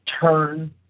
turn